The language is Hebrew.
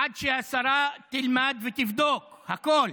עד שהשרה תלמד ותבדוק הכול.